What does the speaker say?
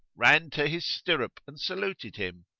ran to his stirrup and saluted him.